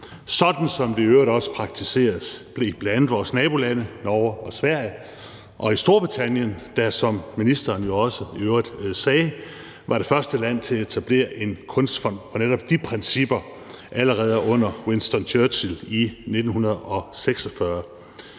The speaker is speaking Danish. sådan som det i øvrigt også praktiseres i bl.a. vores nabolande Norge og Sverige og i Storbritannien, der, som ministeren jo i øvrigt også sagde, var det første land til at etablere en kunstfond på netop de principper allerede under Winston Churchill i 1946.